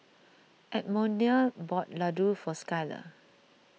Edmonia bought Ladoo for Skyler